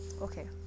okay